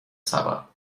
saba